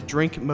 Drink